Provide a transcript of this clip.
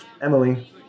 Emily